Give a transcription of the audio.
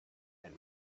and